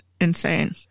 insane